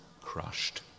crushed